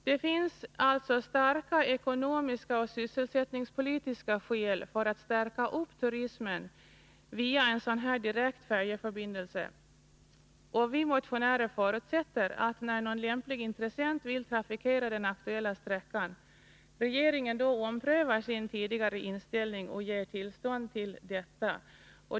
Det finns alltså starka ekonomiska och sysselsättningspolitiska skäl för att stärka turismen via en sådan här direkt färjeförbindelse, och vi motionärer förutsätter att regeringen, när någon lämplig intressent vill trafikera den aktuella sträckan, omprövar sin tidigare inställning och ger tillstånd till detta.